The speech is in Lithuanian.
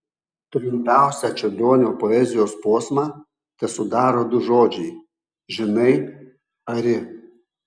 trumpiausią čiurlionio poezijos posmą tesudaro du žodžiai žinai ari